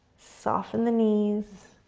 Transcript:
soften the knees,